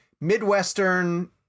Midwestern